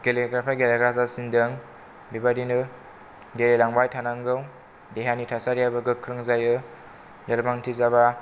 गेलेग्राफा गेलेग्रा जासिनदों बेबादिनो गेलेलांबाय थानांगौ देहानि थासारियाबो गोख्रों जायो लोरबांथि जाबा